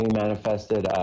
manifested